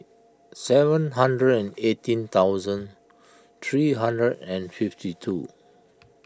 seven hundred and eighteen thousand three hundred and fifty two